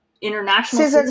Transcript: international